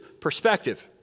perspective